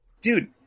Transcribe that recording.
Dude